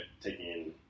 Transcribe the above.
taking